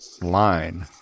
line